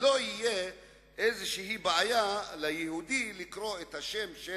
ואז לא תהיה איזושהי בעיה ליהודי לקרוא את השם של